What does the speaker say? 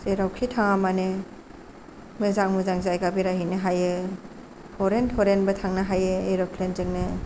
जेरावखि थाङामानो मोजां मोजां जायगा बेरायहैनो हायो फरेन थरेनबो थांनो हायो एर'फ्लेनजोंनो